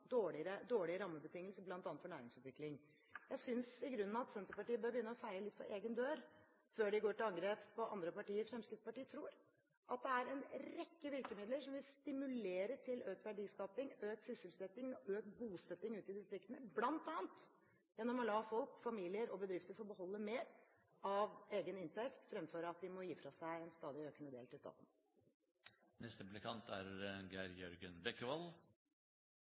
dårlige rammebetingelser bl.a. for næringsutvikling. Jeg synes i grunnen at Senterpartiet bør begynne å feie litt for egen dør før de går til angrep på andre partier. Fremskrittspartiet tror at det er en rekke virkemidler som vil stimulere til økt verdiskapning, økt sysselsetting og økt bosetting ute i distriktene, bl.a. gjennom å la folk – familier og bedrifter – få beholde mer av egen inntekt, fremfor at de må gi fra seg en stadig økende del til staten. For Kristelig Folkeparti er